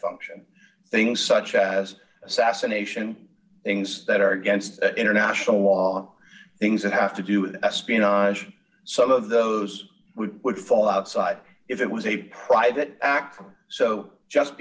function things such as assassination things that are against international law things that have to do with espionage some of those would would fall outside if it was a private act so just